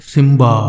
Simba